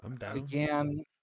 Again